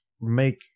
make